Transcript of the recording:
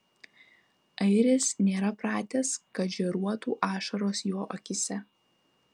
airis nėra pratęs kad žėruotų ašaros jo akyse